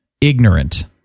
ignorant